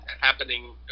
happening